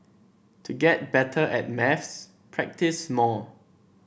to get better at maths practise more